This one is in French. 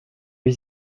lui